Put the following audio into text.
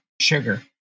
sugar